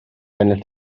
ennill